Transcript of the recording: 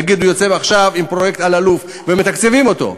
נגיד שהוא יוצא עכשיו עם פרויקט אלאלוף ומתקצבים אותו,